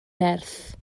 nerth